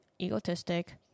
egotistic